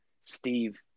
Steve